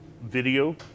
video